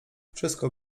wszystko